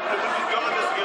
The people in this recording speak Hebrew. אנחנו יכולים לסגור את זה סגירה,